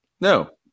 No